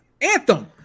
Anthem